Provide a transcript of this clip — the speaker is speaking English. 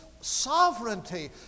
sovereignty